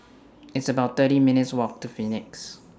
It's about thirty minutes' Walk to Phoenix